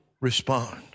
Respond